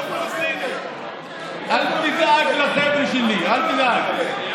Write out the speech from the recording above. אל תדאג לחבר'ה שלי, אל תדאג.